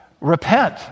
repent